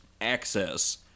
access